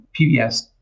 PBS